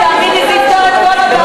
דרום תל-אביב, תאמיני, זה יפתור את כל הבעיה.